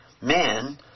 men